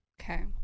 Okay